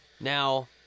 Now